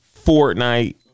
Fortnite